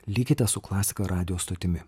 likite su klasika radijo stotimi